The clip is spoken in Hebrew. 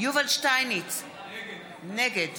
יובל שטייניץ, נגד